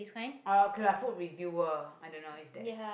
oh okay lah food reviewer I don't know if that's